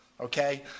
okay